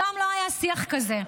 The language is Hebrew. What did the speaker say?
שם לא היה שיח כזה.